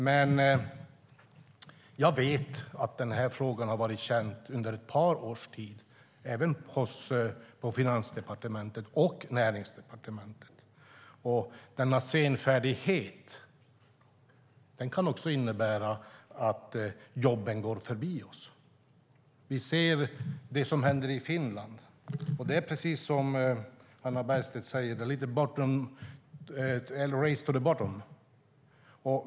Men jag vet att frågan har varit känd under ett par års tid, även på Finansdepartementet och Näringsdepartementet. Denna senfärdighet kan innebära att jobben går förbi oss. Vi ser det som händer i Finland, och det handlar om ett race to the bottom, precis som Hannah Bergstedt säger.